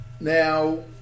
Now